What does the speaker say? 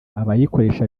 abayikoresha